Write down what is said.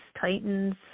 Titans